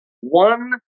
One